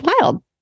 wild